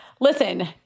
listen